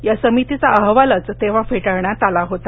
या समितीचा अहवालच तेव्हा फेटाळण्यात आला होता